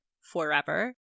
forever